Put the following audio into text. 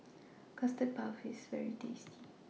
Custard Puff IS very tasty